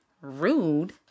rude